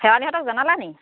শেৱালিহঁতক জনালে নেকি